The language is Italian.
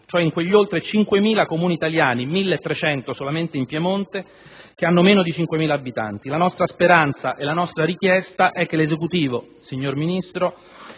cioè in quegli oltre 5.000 Comuni italiani (1.300 solamente in Piemonte) che hanno meno di 5.000 abitanti. La nostra speranza e la nostra richiesta è che l'Esecutivo, signor Ministro,